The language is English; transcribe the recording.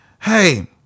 hey